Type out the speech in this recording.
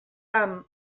amb